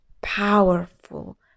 powerful